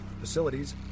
facilities